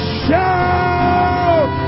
shout